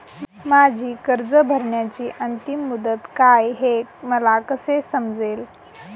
माझी कर्ज भरण्याची अंतिम मुदत काय, हे मला कसे समजेल?